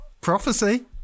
prophecy